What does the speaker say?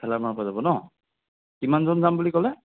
ঠেলামৰাৰ পৰা যাব ন' কিমানজন যাম বুলি ক'লে